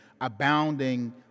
abounding